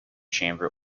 chamber